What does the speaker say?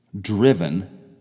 driven